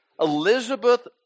Elizabeth